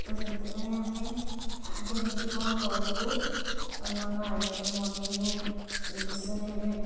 ତ ସେଥିପାଇଁ ଆମେ କେମିତି କ'ଣ କରିବୁ ଆଉ ନୂଆ ନୂଆ ଆଇଟମ ବନାଇବୁ ସେଇ ବିଷୟରେ